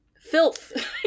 filth